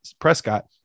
Prescott